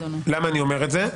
למה אני אומר את זה?